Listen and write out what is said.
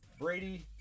Brady